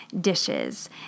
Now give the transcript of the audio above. dishes